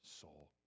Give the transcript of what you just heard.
soul